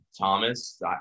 Thomas